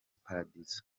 paradizo